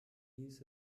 hieß